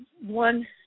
one